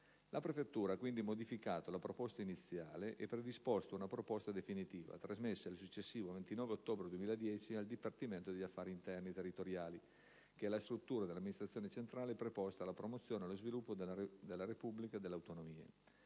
La prefettura ha quindi modificato la proposta iniziale e predisposto una proposta definitiva, trasmessa il successivo 29 ottobre 2010 al dipartimento degli affari interni e territoriali, che è la struttura dell'amministrazione centrale preposta alla promozione e allo sviluppo della Repubblica delle autonomie,